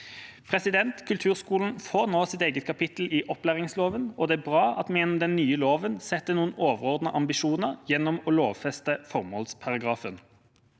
egen tone. Kulturskolen får nå sitt eget kapittel i opplæringsloven. Det er bra at vi gjennom den nye loven setter noen overordnede ambisjoner gjennom å lovfeste formålsparagrafen.